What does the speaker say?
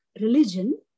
religion